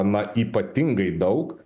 na ypatingai daug